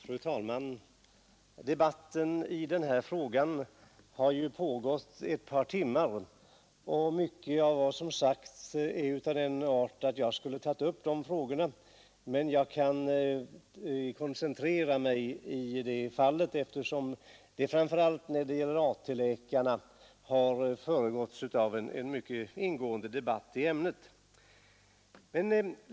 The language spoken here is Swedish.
Fru talman! Debatten i den här frågan har ju pågått ett par timmar, och mycket av det som har sagts hade ja lv tänkt beröra. Jag kan därför nu koncentrera mitt anförande, kilt som framför allt frågan om AT-läkarna har föregåtts av en mycket ingående diskussion.